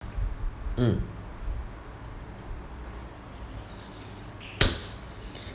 mm